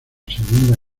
segunda